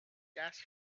gas